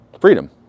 freedom